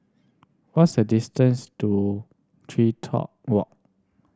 what is the distance to TreeTop Walk